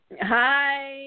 Hi